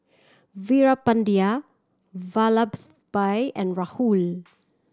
Veerapandiya Vallabhbhai and Rahul